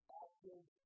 active